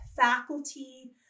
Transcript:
faculty